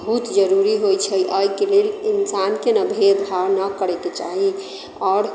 बहुत जरूरी होइत छै आओर एहिके लेल इन्सानके ने भेदभाव न करैके चाही आओर